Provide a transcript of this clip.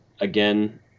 again